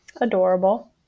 adorable